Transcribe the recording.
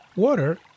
Water